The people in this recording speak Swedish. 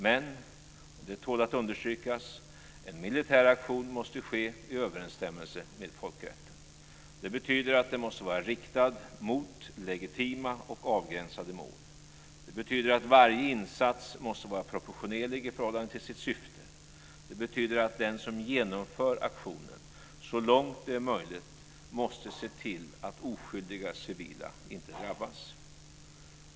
Men - det tål att understrykas: En militär aktion måste ske i överensstämmelse med folkrätten. Det betyder att den måste vara riktad mot legitima och avgränsade mål. Det betyder att varje insats måste vara proportionerlig i förhållande till sitt syfte. Det betyder att den som genomför aktionen så långt det är möjligt måste se till att oskyldiga civila inte drabbas.